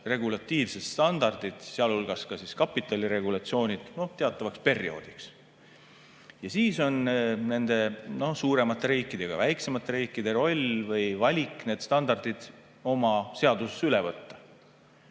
regulatiivsed standardid, sealhulgas ka kapitaliregulatsioonid teatavaks perioodiks. Ja siis on nende suuremate riikide ja väiksemate riikide roll või valik need standardid oma seadusesse üle võtta. Need